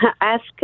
ask